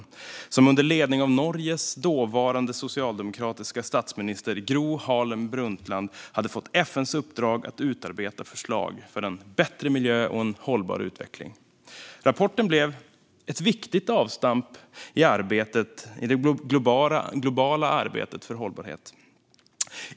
Brundtlandkommissionen hade under ledning av Norges dåvarande socialdemokratiska statsminister Gro Harlem Brundtland fått FN:s uppdrag att utarbeta förslag för en bättre miljö och en hållbar utveckling. Rapporten blev ett viktigt avstamp i det globala arbetet för hållbarhet.